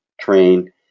train